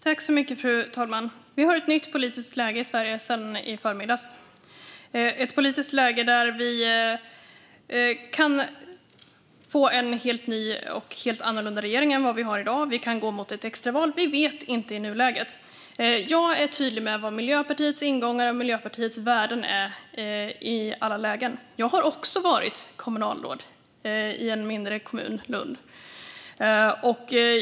Fru talman! Vi har ett nytt politiskt läge i Sverige sedan i förmiddags, ett politiskt läge där vi kan få en helt ny och annorlunda regering än vad vi har i dag. Vi kan gå mot ett extra val - vi vet inte i nuläget. Jag är tydlig med vad Miljöpartiets ingångar och värden är i alla lägen. Jag har också varit kommunalråd i en mindre kommun - Lund.